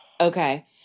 Okay